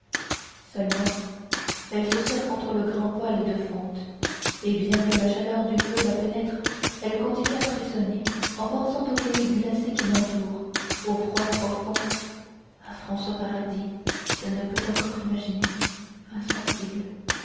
seulement elle se serre contre le grand poêle de fonte et bien que la chaleur du feu la pénètre elle continue à frissonner en pensant au pays glacé qui l'entoure au bois profond à françois paradis qu'elle lie peut encore imaginer insensible